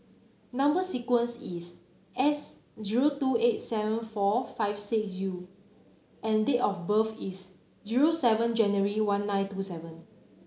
number sequence is S zero two eight seven four five six U and date of birth is zero seven January one nine two seven